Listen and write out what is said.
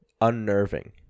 unnerving